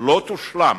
לא תושלם